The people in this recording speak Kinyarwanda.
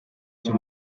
cyo